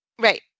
right